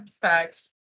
Facts